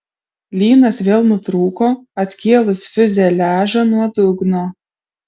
lynas vėl nutrūko atkėlus fiuzeliažą nuo dugno